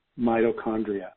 mitochondria